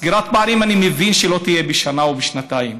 סגירת הפערים אני מבין שהיא לא תהיה בשנה או בשנתיים,